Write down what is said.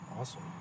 Awesome